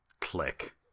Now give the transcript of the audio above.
click